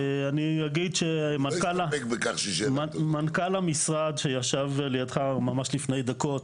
אני אגיד שמנכ"ל המשרד שישב לידך ממש לפני דקות,